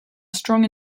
strong